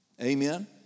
Amen